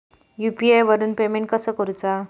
UPI वरून payment कसा करूचा?